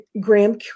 Graham